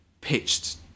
pitched